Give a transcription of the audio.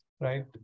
right